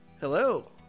Hello